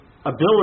ability